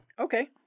Okay